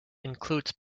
includes